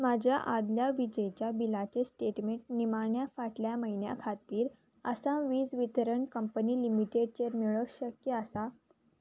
म्हज्या आदल्या विजेच्या बिलाचें स्टेटमेंट निमाण्या फाटल्या म्हयन्या खातीर आसा वीज वितरण कंपनी लिमिटेडचेर मेळोंक शक्य आसा